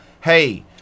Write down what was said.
hey